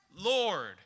Lord